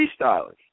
freestyling